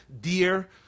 dear